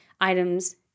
items